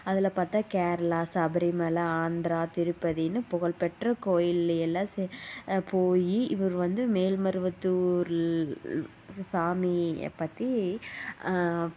அதில் பார்த்தா கேரளா சபரிமலை ஆந்திரா திருப்பதின்னு புகழ் பெற்ற கோயில்ல எல்லாம் போய் இவர் வந்து மேல்மருவத்தூர்ல சாமியைப்பத்தி